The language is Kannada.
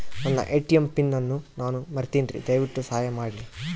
ನನ್ನ ಎ.ಟಿ.ಎಂ ಪಿನ್ ಅನ್ನು ನಾನು ಮರಿತಿನ್ರಿ, ದಯವಿಟ್ಟು ಸಹಾಯ ಮಾಡ್ರಿ